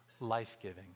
life-giving